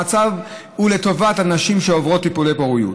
המצב הוא לטובת הנשים שעוברות טיפולי פוריות.